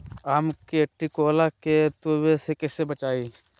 आम के टिकोला के तुवे से कैसे बचाई?